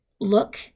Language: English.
look